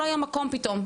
לא היה מקום פתאום".